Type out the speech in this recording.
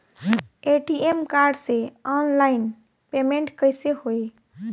ATM card से online payment कैसे होई?